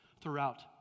throughout